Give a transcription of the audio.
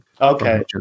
Okay